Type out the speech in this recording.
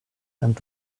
and